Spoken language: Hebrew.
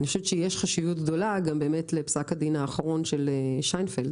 חושבת שיש חשיבות גדולה גם לפסק הדין האחרון של שיינפלד,